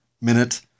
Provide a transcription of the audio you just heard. minute